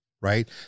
right